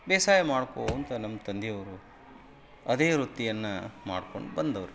ಬೇಸಾಯ ಮಾಡ್ಕೊಳ್ತ ನಮ್ಮ ತಂದೆಯವ್ರು ಅದೇ ವೃತ್ತಿಯನ್ನು ಮಾಡ್ಕೊಂಡು ಬಂದವರು